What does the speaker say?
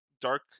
dark